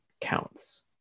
counts